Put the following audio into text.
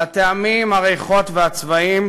על הטעמים, הריחות והצבעים,